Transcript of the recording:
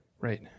Right